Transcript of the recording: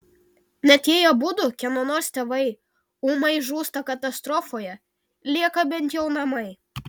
net jei abudu kieno nors tėvai ūmai žūsta katastrofoje lieka bent jau namai